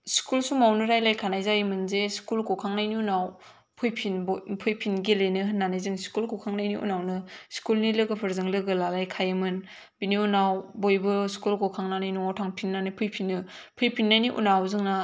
school समावनो रायलायखानाय जायोमोन जे स्कुल गखांनायनि उनाव गेलेनो होननानै जों स्कुल गखांनायनि उनावनो स्कुलनि लोगोफोरजों लोगो लालायखायोमोन बेनि उनाव बयबो स्कुल गखांनानै न'वाव थांखांनानै फैफिनो फैफिननायनि उनाव जोङो